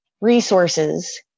Resources